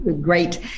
great